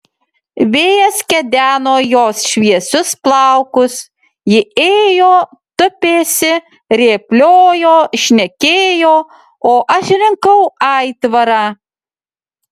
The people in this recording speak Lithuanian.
vėjas kedeno jos šviesius plaukus ji ėjo tupėsi rėpliojo šnekėjo o aš rinkau aitvarą